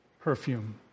perfume